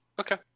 Okay